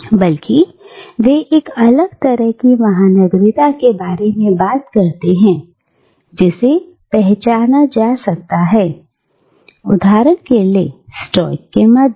बल्कि वे एक अलग तरह की महानगरीयता के बारे में बात करते हैं जिसे पहचाना जा सकता है उदाहरण के लिए स्टोइक के मध्य